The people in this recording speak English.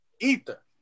Ether